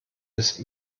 ist